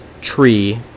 tree